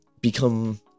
become